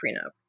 prenup